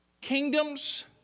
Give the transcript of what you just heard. Kingdoms